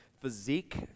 physique